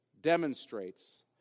demonstrates